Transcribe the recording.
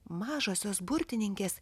mažosios burtininkės